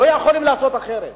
אנחנו לא יכולים לעשות אחרת.